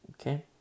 Okay